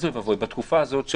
בנוסף יש